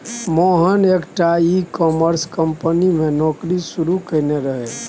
मोहन एकटा e commerce company मे नौकरी शुरू केने रहय